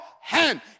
hand